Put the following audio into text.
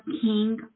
king